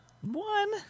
One